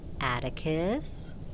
Atticus